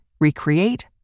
recreate